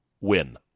win